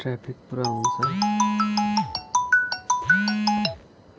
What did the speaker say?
traffic पुरा हुन्छ